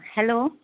hello